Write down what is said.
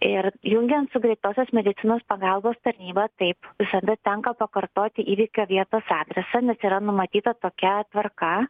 ir jungiant su greitosios medicinos pagalbos tarnyba taip visada tenka pakartoti įvykio vietos adresą nes yra numatyta tokia tvarka